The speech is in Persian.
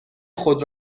خود